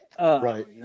Right